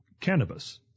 Cannabis